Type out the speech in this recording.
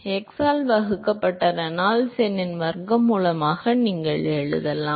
x ஆல் வகுக்கப்பட்ட Reynolds எண்ணின் வர்க்க மூலமாக நீங்கள் எழுதலாம்